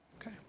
okay